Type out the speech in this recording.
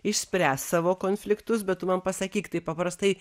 išspręs savo konfliktus bet tu man pasakyk tai paprastai